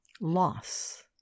Loss